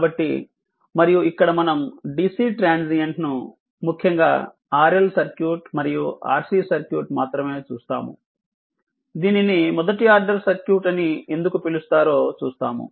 కాబట్టి మరియు ఇక్కడ మనం DCట్రాన్సియెంట్ ను ముఖ్యంగా RL సర్క్యూట్ మరియు RC సర్క్యూట్ మాత్రమే చూస్తాము దీనిని మొదటి ఆర్డర్ సర్క్యూట్ అని ఎందుకు పిలుస్తారో చూస్తాము